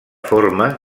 forma